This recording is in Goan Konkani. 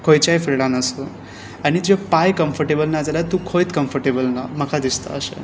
खंयच्याय फिल्डांत आसूं आनी तुजे पांय कम्फटेबल नाजाल्या तूं खंयच कम्फटेबल ना म्हाका दिसता अशें